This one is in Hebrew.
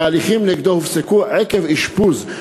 וההליכים נגדו הופסקו עקב אשפוז,